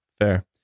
Fair